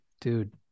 dude